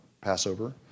Passover